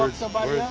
ah somebody